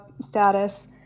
status